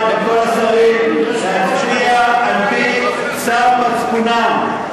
להצביע על-פי צו מצפונם,